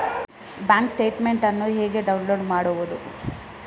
Bank statement ಅನ್ನು ಹೇಗೆ download ಮಾಡುವುದು?